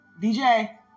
DJ